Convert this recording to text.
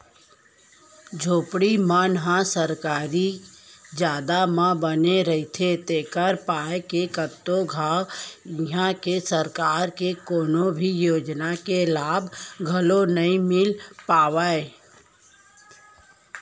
झोपड़ी मन ह सरकारी जघा म बने रहिथे तेखर पाय के कतको घांव इहां के सरकार के कोनो भी योजना के लाभ घलोक नइ मिल पावय